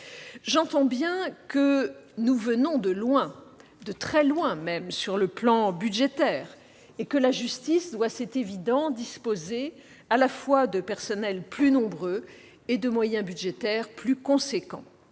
J'entends bien que nous venons de loin- de très loin même !-, sur le plan budgétaire et que la justice doit disposer, c'est évident, à la fois de personnels plus nombreux et de moyens budgétaires plus importants.